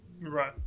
Right